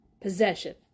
possession